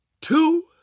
two